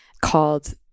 called